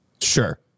Sure